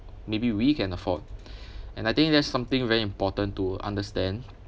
maybe we can afford and I think that's something very important to understand